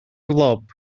lob